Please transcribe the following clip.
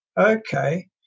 Okay